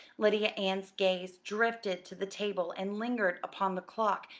lydia ann's gaze drifted to the table and lingered upon the clock,